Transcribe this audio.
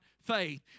Faith